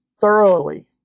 thoroughly